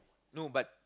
no but